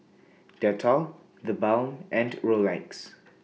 Dettol TheBalm and Rolex